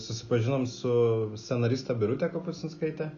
susipažinom su scenariste birute kapustinskaite